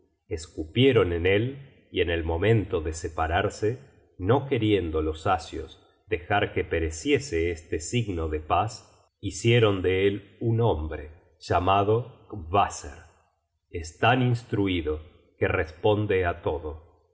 escupieron en él y en el momento de separarse no queriendo los asios dejar que pereciese este signo de paz hicieron de él un hombre llamado qvaser es tan instruido que responde á todo